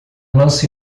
lance